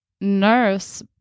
nurse